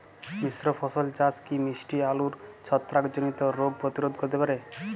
মিশ্র ফসল চাষ কি মিষ্টি আলুর ছত্রাকজনিত রোগ প্রতিরোধ করতে পারে?